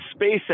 spacex